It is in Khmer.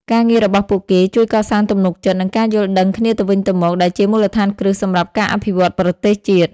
ការងាររបស់ពួកគេជួយកសាងទំនុកចិត្ត និងការយល់ដឹងគ្នាទៅវិញទៅមក ដែលជាមូលដ្ឋានគ្រឹះសម្រាប់ការអភិវឌ្ឍន៍ប្រទេសជាតិ។